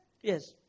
Yes